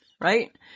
right